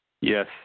Yes